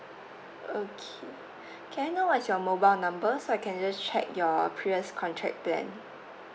okay can I know what is your mobile number so I can just check your previous contract then